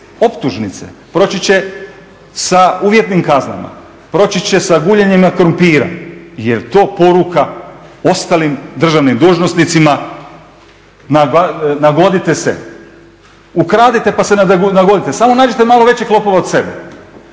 optužnice, proći će sa uvjetnim kaznama, proći će sa guljenjem krumpira. Je li to poruka ostalim državnim dužnosnicima? Nagodite se, ukradite pa se nagodite. Samo nađite malo većeg lopova od sebe.